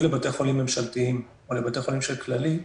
לבתי חולים ממשלתיים או לבתי חולים של "כללית",